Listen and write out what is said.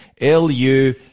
LU